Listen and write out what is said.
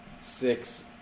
six